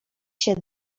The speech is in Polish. się